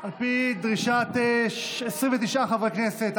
על פי דרישת 29 חברי כנסת,